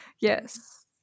Yes